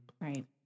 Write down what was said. right